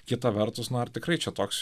kita vertus na ar tikrai čia toks